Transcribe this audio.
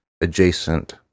adjacent